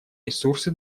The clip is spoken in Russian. ресурсы